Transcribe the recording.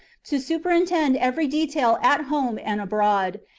to superintend every detail at home and abroad,